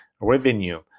revenue